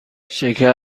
شکر